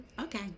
Okay